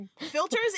Filters